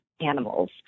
animals